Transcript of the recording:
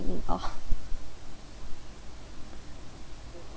in awe